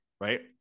right